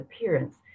appearance